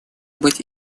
быть